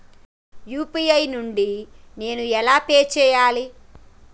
UPI నుండి నేను ఎలా పే చెయ్యాలి?